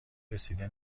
رسیده